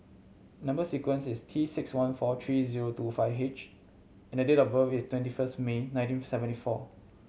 number sequence is T six one four three zero two five H and date of birth is twenty first May nineteen seventy four